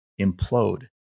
implode